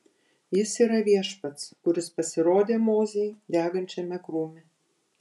jis yra viešpats kuris pasirodė mozei degančiame krūme